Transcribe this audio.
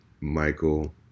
Michael